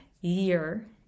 year